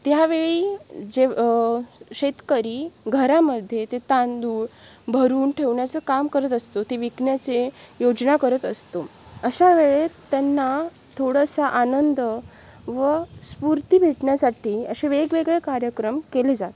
त्यावेळी जे शेतकरी घरामध्ये ते तांदूळ भरून ठेवण्याचं काम करत असतो ते विकण्याचे योजना करत असतो अशा वेळेत त्यांना थोडासा आनंद व स्फूर्ती भेटण्यासाठी असे वेगवेगळे कार्यक्रम केले जातात